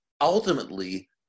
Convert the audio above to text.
ultimately